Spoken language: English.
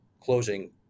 closing